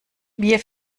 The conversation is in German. wir